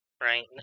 right